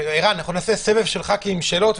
עירן, אנחנו נעשה סבב של חברי כנסת עם שאלות.